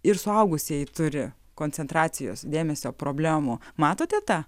ir suaugusieji turi koncentracijos dėmesio problemų matote tą